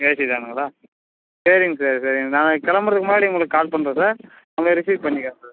AC தான்ங்களா சரிங்க sir சரி நான் கிளம்புறதுக்கு முன்னாடி உங்களுக்கு கால் பண்ணுறேன் சார் நான் ரிஸீவ் பண்ணிக்கிறேன் சார்